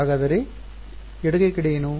ಹಾಗಾದರೆ ಎಡಗೈ ಕಡೆ ಏನು